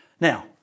Now